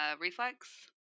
Reflex